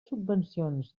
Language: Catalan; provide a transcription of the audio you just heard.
subvencions